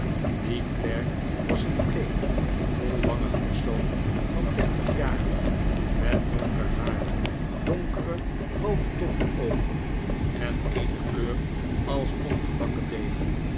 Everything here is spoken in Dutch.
die klerk was een bleek bolwangig persoon van dertig jaren met donker haar donkere groote doffe oogen en eene kleur als ongebakken deeg